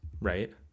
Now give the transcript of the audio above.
right